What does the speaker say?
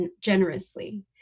generously